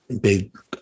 big